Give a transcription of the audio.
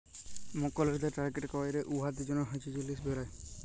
মক্কেলদের টার্গেট ক্যইরে উয়াদের জ্যনহে যে জিলিস বেলায়